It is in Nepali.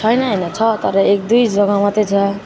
छैन होइन छ तर एक दुई जगा मात्र छ